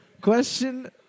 Question